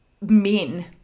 men